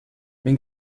mais